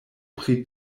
pri